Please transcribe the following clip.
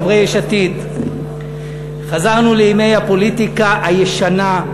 חברי יש עתיד: חזרנו לימי הפוליטיקה הישנה,